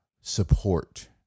support